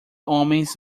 homens